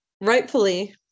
rightfully